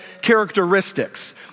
characteristics